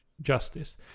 justice